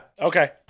Okay